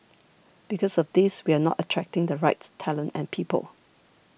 because of this we are not attracting the right talent and people